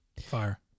Fire